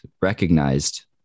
recognized